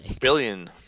Billion